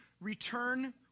return